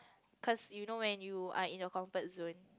cause you know when you are in your comfort zone